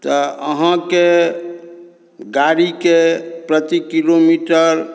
तऽ अहाँके गाड़ीके प्रति किलोमीटर